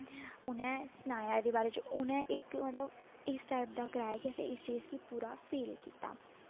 उ'नें सनाया एह्दे बारे च उ'नें इक मतलब इस टाईप दा कराया कि असें पूरा फील कीता